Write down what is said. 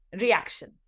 Reaction